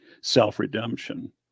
self-redemption